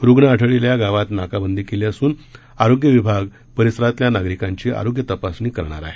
रुग्ण आढळलेल्या गावात नाकाबंदी केली असून आरोग्य विभाग परिसरातील नागरिकांची आरोग्य तपासणी करणार आहे